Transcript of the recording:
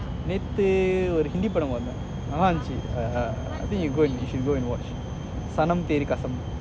நேத்து ஒரு ஹிந்தி படம் பாத்தேன் நல்லா இருன்ச்சு:nethu oru hindi padam pathean nalla irunchu uh uh I think you go and you should go and watch sanam theari kasam